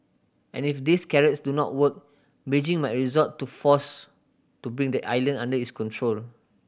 and if these carrots do not work Beijing might resort to force to bring the island under its control